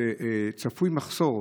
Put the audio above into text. שצפוי מחסור,